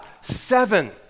seven